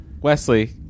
wesley